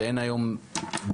שאין היום במשכן